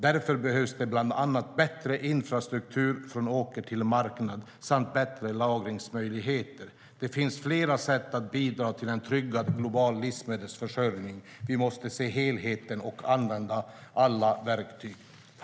Därför behövs det bland annat bättre infrastruktur från åker till marknad samt bättre lagringsmöjligheter. Det finns flera sätt att bidra till en tryggad global livsmedelsförsörjning. Vi måste se helheten och använda alla verktyg.